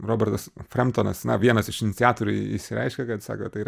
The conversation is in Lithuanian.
robertas frentonas na vienas iš iniciatorių išsireiškė kad sako tai yra